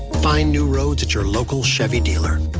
find new roads at your local chevy dealer.